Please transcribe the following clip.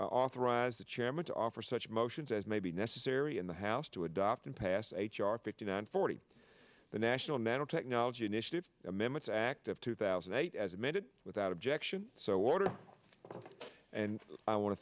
authorized the chairman to offer such motions as may be necessary in the house to adopt and pass h r fifty nine forty the national nanotechnology initiative amendments act of two thousand and eight as admitted without objection so ordered and i want to